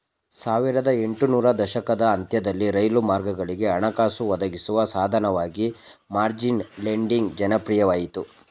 ಸಾವಿರದ ಎಂಟು ನೂರು ದಶಕದ ಅಂತ್ಯದಲ್ಲಿ ರೈಲು ಮಾರ್ಗಗಳಿಗೆ ಹಣಕಾಸು ಒದಗಿಸುವ ಸಾಧನವಾಗಿ ಮಾರ್ಜಿನ್ ಲೆಂಡಿಂಗ್ ಜನಪ್ರಿಯವಾಯಿತು